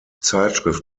zeitschrift